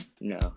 No